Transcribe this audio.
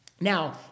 Now